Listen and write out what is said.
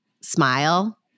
smile